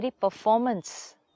performance